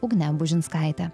ugne bužinskaite